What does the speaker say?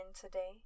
today